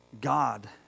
God